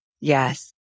Yes